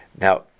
Now